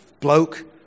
bloke